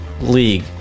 league